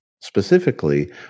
Specifically